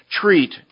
treat